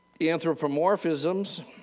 Anthropomorphisms